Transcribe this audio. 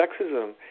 sexism